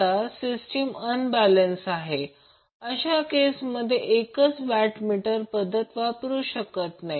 आता system unbalance आहे अशा केसमध्ये एकच वॅट मीटर पद्धत वापरू शकत नाही